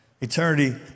Eternity